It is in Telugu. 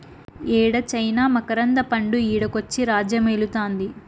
యేడ చైనా మకరంద పండు ఈడకొచ్చి రాజ్యమేలుతాంది